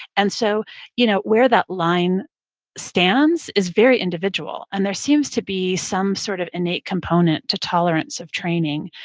and so you know where that line stands is very individual. and there seems to be some sort of innate component to tolerance of training,